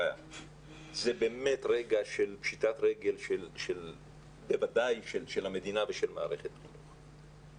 זה באמת רגע של פשיטת רגל של המדינה ושל מערכת החינוך.